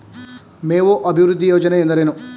ಮೇವು ಅಭಿವೃದ್ಧಿ ಯೋಜನೆ ಎಂದರೇನು?